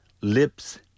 lips